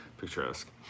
picturesque